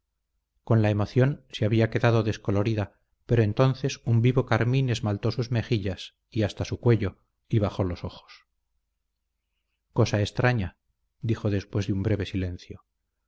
con la emoción se había quedado descolorida pero entonces un vivo carmín esmaltó sus mejillas y hasta su cuello y bajó los ojos cosa extraña dijo después de un breve silencio